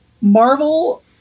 Marvel